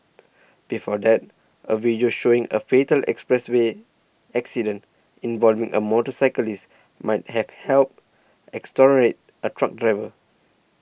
before that a video showing a fatal expressway accident involving a motorcyclist might have helped exonerate a truck driver